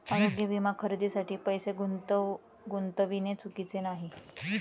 आरोग्य विमा खरेदीसाठी पैसे गुंतविणे चुकीचे नाही